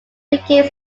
became